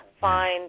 Find